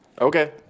Okay